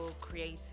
creative